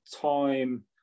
time